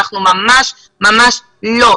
אנחנו ממש ממש לא.